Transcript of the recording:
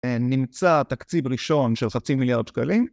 נמצא תקציב ראשון של חצי מיליארד שקלים.